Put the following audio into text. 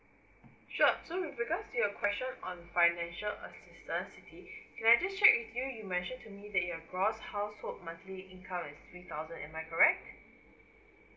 sure so with regards to your question on financial assistance siti can I just check with you you mentioned to me that your gross household monthly income at three thousand am I correct